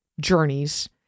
Journeys